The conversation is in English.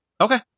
Okay